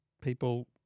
people